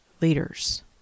leaders